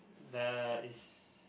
the is